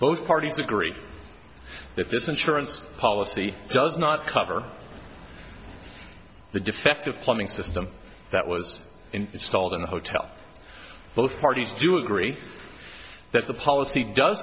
both parties agree that this insurance policy does not cover the defective plumbing system that was installed in the hotel both parties do agree that the policy do